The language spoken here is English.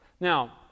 Now